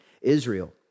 Israel